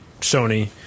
sony